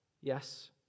yes